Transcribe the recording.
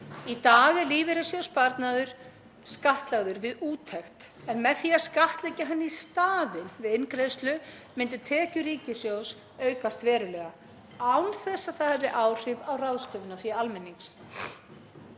Í dag er lífeyrissjóðssparnaður skattlagður við úttekt en með því að skattleggja hann í staðinn við inngreiðslu myndu tekjur ríkissjóðs aukast verulega án þess að það hefði áhrif á ráðstöfunarfé almennings.